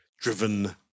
driven